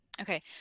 okay